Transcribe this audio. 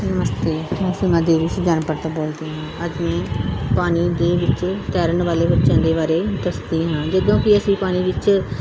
ਨਮਸਤੇ ਮੈਂ ਸੀਮਾ ਦੇਵੀ ਸੁਜਾਨਪੁਰ ਤੋਂ ਬੋਲਦੀ ਹਾਂ ਅੱਜ ਮੈਂ ਪਾਣੀ ਦੇ ਵਿੱਚ ਤੈਰਨ ਵਾਲੇ ਬੱਚਿਆਂ ਦੇ ਬਾਰੇ ਦੱਸਦੀ ਹਾਂ ਜਦੋਂ ਕਿ ਅਸੀਂ ਪਾਣੀ ਵਿੱਚ